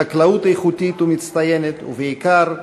חקלאות איכותית ומצטיינת, ובעיקר,